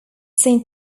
saint